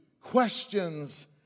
questions